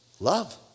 Love